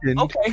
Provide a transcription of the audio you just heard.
Okay